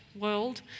world